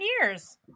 years